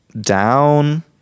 down